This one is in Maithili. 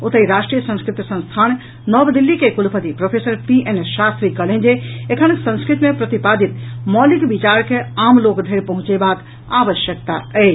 ओतहि राष्ट्रीय संस्कृत संस्थान नव दिल्ली के कुलपति प्रोफेसर पी एन शास्त्री कहलनि जे एखन संस्कृत मे प्रतिपादित मौलिक विचार के आम लोक धरि पहुंचेबाक आवश्यकता अछि